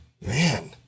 man